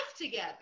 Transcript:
together